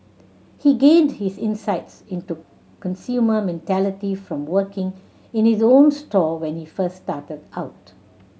he gained his insights into consumer mentality from working in his own store when he first started out